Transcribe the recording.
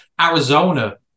Arizona